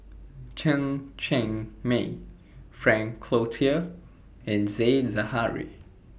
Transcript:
Chen Cheng Mei Frank Cloutier and Said Zahari